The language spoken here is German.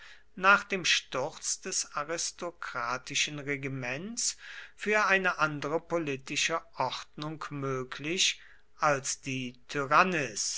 nach dem sturz des aristokratischen regiments für eine andere politische ordnung möglich als die